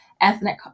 ethnic